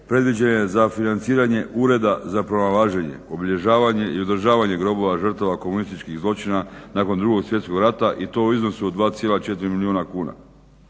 predviđene za financiranje Ureda za pronalaženje, obilježavanje i održavanje grobova žrtava komunističkih zločina nakon 2. svjetskog rata i to u iznosu od 2,4 milijuna kuna.